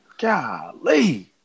Golly